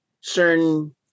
certain